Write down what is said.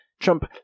Trump